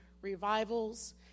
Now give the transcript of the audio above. revivals